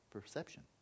perception